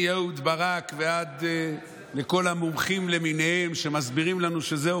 מאהוד ברק ועד לכל המומחים למיניהם שמסבירים לנו שזהו,